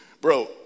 bro